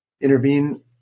intervene